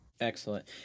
Excellent